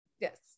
Yes